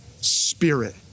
spirit